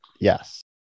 yes